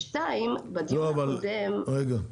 שתיים, בדיון הקודם --- לא, אבל רגע.